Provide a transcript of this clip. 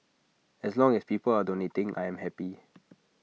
as long as people are donating I'm happy